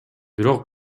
бирок